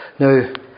Now